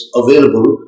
available